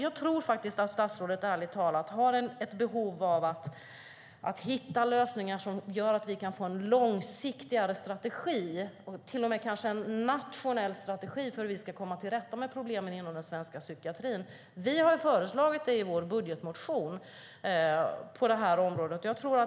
Jag tror att statsrådet ärligt talat har ett behov av att hitta lösningar som gör att vi kan få en långsiktigare strategi och till och med en nationell strategi för hur vi ska komma till rätta med problemen inom den svenska psykiatrin. Vi har sådana förslag i vår budgetmotion på området.